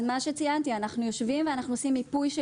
אז מה שציינתי: אנחנו יושבים ואנחנו עושים מיפוי.